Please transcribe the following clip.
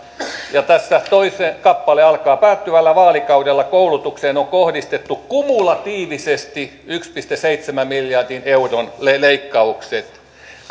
ja tässä toinen kappale alkaa päättyvällä vaalikaudella koulutukseen on kohdistettu kumulatiivisesti yhden pilkku seitsemän miljardin euron leikkaukset